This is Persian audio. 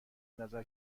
نظر